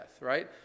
right